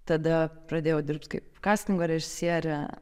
tada pradėjau dirbt kaip kastingo režisierė